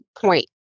point